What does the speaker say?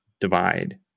divide